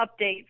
updates